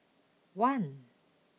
one